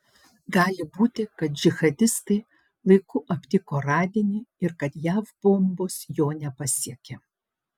gali būti kad džihadistai laiku aptiko radinį ir kad jav bombos jo nepasiekė